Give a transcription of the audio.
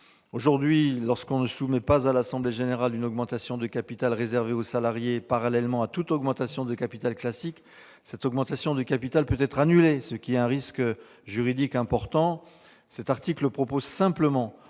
Aujourd'hui, lorsqu'on ne soumet pas à l'assemblée générale une augmentation de capital réservée aux salariés parallèlement à toute augmentation de capital classique, cette augmentation de capital peut être annulée, ce qui est un risque juridique important. Par cet article, il est simplement